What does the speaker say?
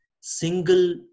single